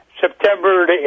September